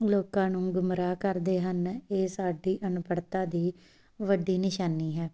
ਲੋਕਾਂ ਨੂੰ ਗੁੰਮਰਾਹ ਕਰਦੇ ਹਨ ਇਹ ਸਾਡੀ ਅਨਪੜ੍ਹਤਾ ਦੀ ਵੱਡੀ ਨਿਸ਼ਾਨੀ ਹੈ